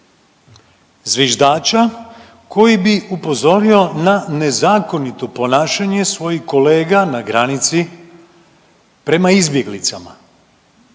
Zviždača koji bi upozorio na nezakonito ponašanje svojih kolega na granici prema izbjeglicama.